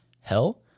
hell